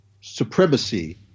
supremacy